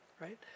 right